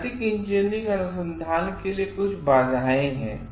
नैतिक इंजीनियरिंग अनुसंधान के लिए कुछ बाधाएं हैं